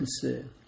concern